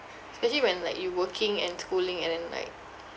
especially when like you working and schooling and then like